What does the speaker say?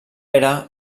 era